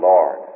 Lord